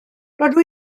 rydw